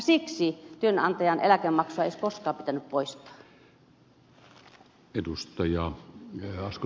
siksi työnantajan eläkemaksua ei olisi koskaan pitänyt poistaa